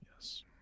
Yes